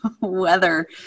Weather